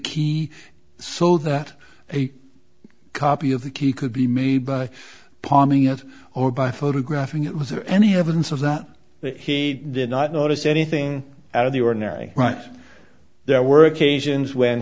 key so that a copy of the key could be made by palming it or by photographing it was there any evidence of that he did not notice anything out of the ordinary right there were occasions when